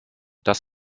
das